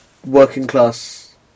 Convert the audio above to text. ...working-class